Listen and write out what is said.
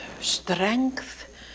strength